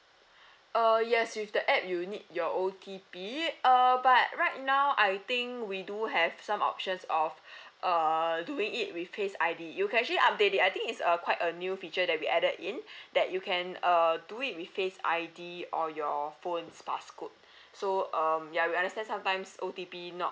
uh yes with the app you need your O_T_P err but right now I think we do have some options of err doing it with face I_D you can actually update it I think it's a quite a new feature that we added in that you can err do it with face I_D or your phone's passcode so um ya we understand sometimes O_T_P not